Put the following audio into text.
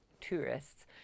tourists